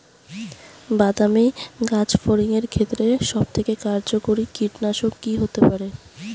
বাদামী গাছফড়িঙের ক্ষেত্রে সবথেকে কার্যকরী কীটনাশক কি হতে পারে?